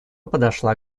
подошла